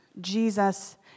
Jesus